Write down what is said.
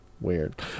Weird